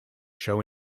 show